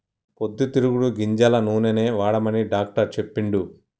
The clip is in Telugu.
పొద్దు తిరుగుడు గింజల నూనెనే వాడమని డాక్టర్ చెప్పిండు